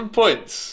points